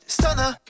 stunner